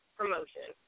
promotion